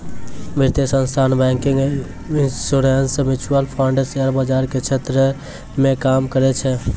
वित्तीय संस्थान banking insurance mutual fund share बाजार के क्षेत्र मे काम करै छै